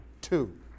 two